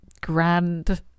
grand